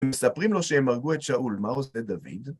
הם מספרים לו שהם הרגו את שאול. מה עושה דוד?